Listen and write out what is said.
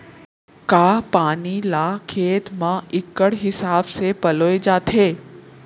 का पानी ला खेत म इक्कड़ हिसाब से पलोय जाथे?